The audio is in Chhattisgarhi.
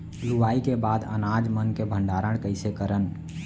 लुवाई के बाद अनाज मन के भंडारण कईसे करन?